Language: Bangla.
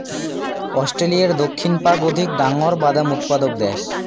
অস্ট্রেলিয়ার দক্ষিণ পাক অধিক ডাঙর বাদাম উৎপাদক দ্যাশ